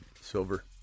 Silver